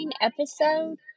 episode